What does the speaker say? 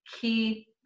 key